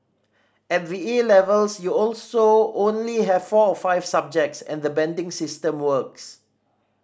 at the A levels you also only have four or five subjects and the banding system works